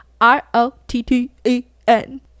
r-o-t-t-e-n